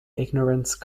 ignorance